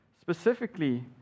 specifically